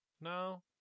No